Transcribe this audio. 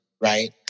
right